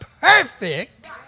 perfect